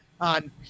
on